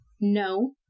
No